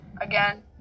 again